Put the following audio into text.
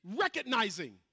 recognizing